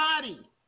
body